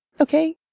Okay